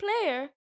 player